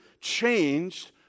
changed